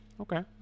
Okay